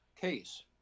case